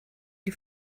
die